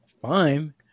fine